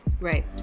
right